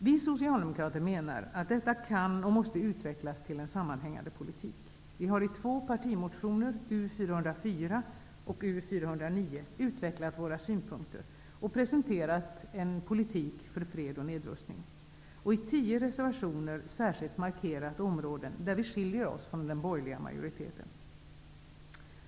Vi socialdemokrater menar att detta kan och måste utvecklas till en sammanhängande politik. Vi har i två partimotioner U404 och U409 utvecklat våra synpunkter och presenterat en politik för fred och nedrustning. I tio reservationer har vi särskilt markerat områden där vi skiljer oss från den borgerliga majoriteten.